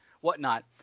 whatnot